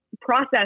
process